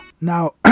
Now